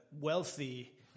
wealthy